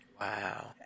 Wow